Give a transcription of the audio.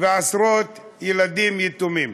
ועשרות ילדים יתומים.